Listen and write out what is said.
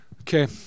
okay